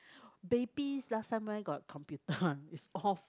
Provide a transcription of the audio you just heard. babies last time where got computer one is all